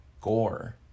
gore